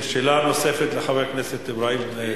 שאלה נוספת לחבר הכנסת אברהים צרצור.